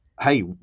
hey